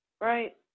Right